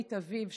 לאורית אביב,